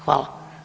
Hvala.